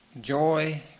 joy